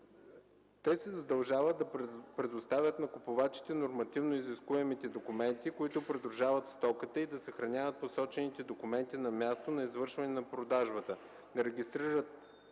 Те се задължават да предоставят на купувачите нормативно изискуемите документи, които придружават стоката, и да съхраняват посочените документи на мястото на извършване на продажбата, да регистрират